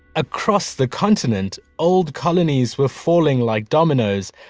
across the continent old colonies were falling like dominoes.